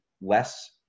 less